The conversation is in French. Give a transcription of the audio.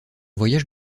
voyage